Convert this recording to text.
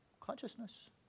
consciousness